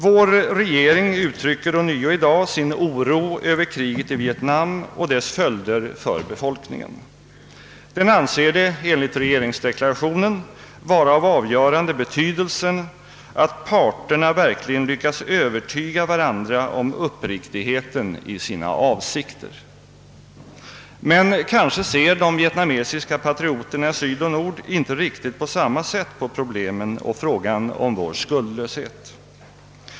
Vår regering uttrycker ånyo i dag sin oro över kriget i Vietnam och dess följder för befolkningen. Den anser det — enligt regeringsdeklarationen — »vara av avgörande betydelse att parterna verkligen lyckas övertyga varandra om uppriktigheten i sina avsikter». Men kanske ser de vietnamesiska patrioterna i syd och nord inte på samma sätt på problemen och på frågan om vår skuldlöshet.